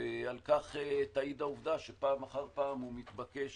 ועל כך תעיד העובדה שהוא פעם אחר פעם מתבקש